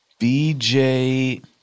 BJ